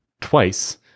twice